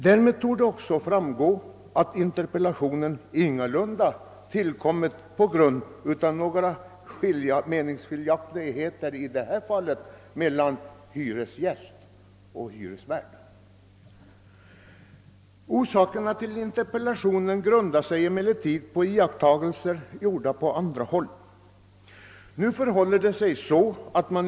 Därav torde också framgå att interpellationen ingalunda tillkommit på grund av några meningsskiljaktigheter mellan hyresgäst och hyresvärd i detta fall. Orsaken till interpellationen är i stället iakttagelser gjorda på andra håll.